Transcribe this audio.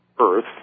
Earth